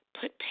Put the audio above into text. put